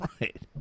right